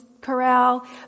corral